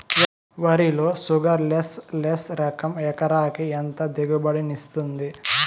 వరి లో sugarless less రకం ఎకరాకి ఎంత దిగుబడినిస్తుంది